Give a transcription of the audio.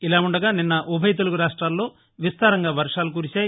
ఇలా ఉండగా నిన్న ఉభయ తెలుగు రాష్ట్రాల్లో విస్తారంగా వర్షాలు కురిశాయి